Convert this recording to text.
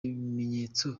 ibimenyetso